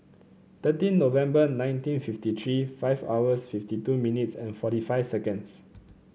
thirteen November nineteen fifty three five hours fifty two minutes and forty five seconds